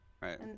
right